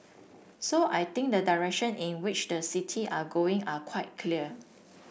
so I think the direction in which the city are going are quite clear